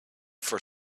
for